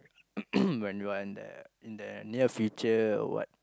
when you are in the in the near future or what